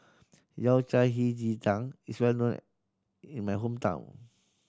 Yao Cai Hei Ji Tang is well known in my hometown